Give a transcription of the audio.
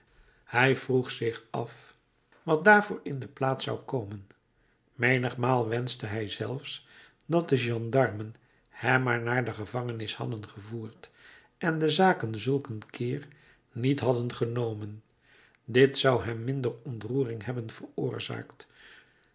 hij vroeg zich af wat daarvoor in de plaats zou komen menigmaal wenschte hij zelfs dat de gendarmen hem maar naar de gevangenis hadden gevoerd en de zaken zulk een keer niet hadden genomen dit zou hem minder ontroering hebben veroorzaakt